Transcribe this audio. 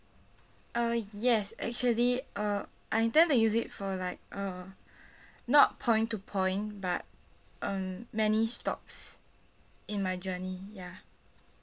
uh yes actually uh I intend to use it for like uh not point to point but um many stops in my journey ya